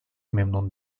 memnun